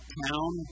town